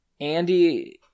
andy